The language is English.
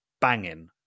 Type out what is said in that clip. banging